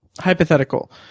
hypothetical